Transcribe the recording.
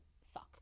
suck